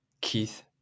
Keith